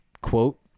quote